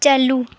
ᱪᱟᱹᱞᱩ